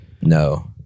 No